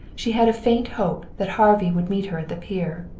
she had a faint hope that harvey would meet her at the pier.